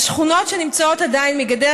אז שכונות עדיין נמצאות מחוץ לגדר